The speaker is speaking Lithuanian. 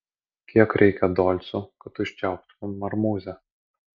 kiek reikia dolcų kad užčiauptum marmuzę